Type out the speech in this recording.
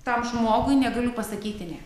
tam žmogui negaliu pasakyti ne